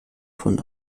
von